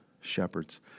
shepherds